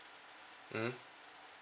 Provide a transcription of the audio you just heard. mm